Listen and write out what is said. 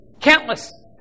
Countless